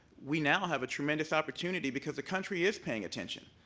we now have a tremendous opportunity because the country is paying attention.